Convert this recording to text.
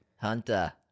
Hunter